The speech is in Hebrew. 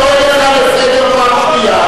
את ההתיישבות, אני קורא אותך לסדר פעם ראשונה.